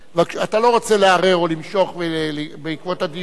אתה לא רוצה לערער או למשוך בעקבות הדיון?